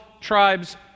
tribes